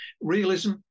Realism